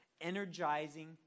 energizing